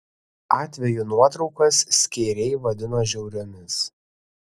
atvejų nuotraukas skeiriai vadino žiauriomis